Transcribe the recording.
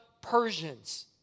Persians